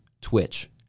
twitch